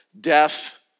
deaf